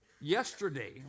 yesterday